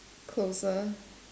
closer